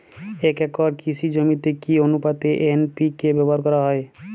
এক একর কৃষি জমিতে কি আনুপাতে এন.পি.কে ব্যবহার করা হয়?